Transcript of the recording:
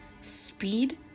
speed